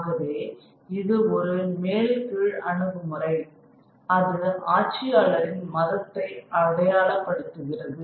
ஆகவே இது ஒரு மேல் கீழ் அணுகுமுறை அது ஆட்சியாளரின் மதத்தை அடையாளப்படுத்துகிறது